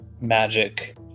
magic